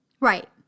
right